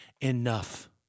enough